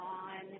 on